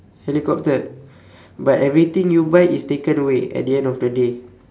helicopter but everything you buy is taken away at the end of the day